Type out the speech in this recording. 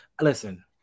Listen